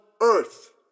earth